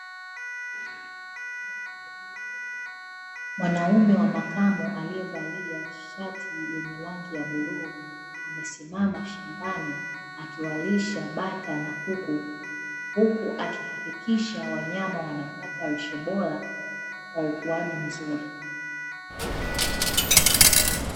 Mwanaume wa makamu aliyevalia shati lenye rangi ya bluu amesimama shambani akiwalisha bata na kuku, huku akihakikisha wanyama wanapata lishe bora na ukuaji mzuri.